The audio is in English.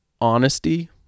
honesty